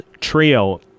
trio